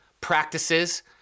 practices